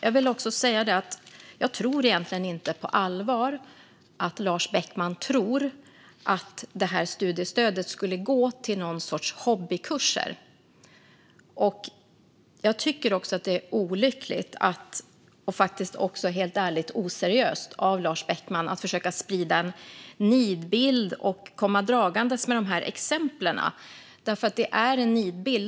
Jag vill också säga att jag egentligen inte tror att Lars Beckman tror att detta studiestöd skulle gå till någon sorts hobbykurser. Jag tycker att det är olyckligt - och faktiskt också, helt ärligt, oseriöst - av Lars Beckman att försöka sprida en nidbild och komma dragande med dessa exempel.